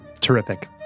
terrific